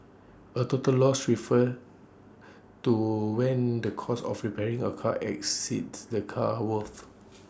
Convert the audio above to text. A total loss refers to when the cost of repairing A car exceeds the car's worth